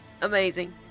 Amazing